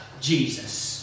Jesus